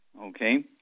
okay